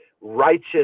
righteous